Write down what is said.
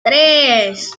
tres